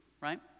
right